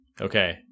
Okay